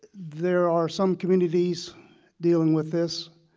there are some communities dealing with this